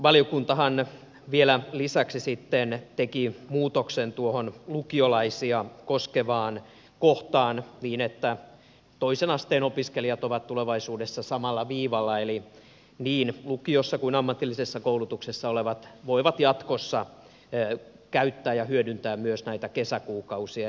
valiokuntahan vielä lisäksi teki muutoksen tuohon lukiolaisia koskevaan kohtaan niin että toisen asteen opiskelijat ovat tulevaisuudessa samalla viivalla eli niin lukiossa kuin ammatillisessa koulutuksessa olevat voivat jatkossa käyttää ja hyödyntää myös näitä kesäkuukausia